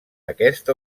aquesta